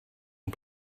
and